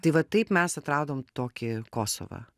tai va taip mes atradom tokį kosovą